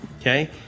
okay